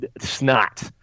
snot